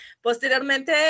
posteriormente